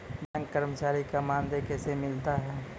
Bank कर्मचारी का मानदेय कैसे मिलता हैं?